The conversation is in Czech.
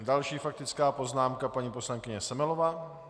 Další faktická poznámka, paní poslankyně Semelová.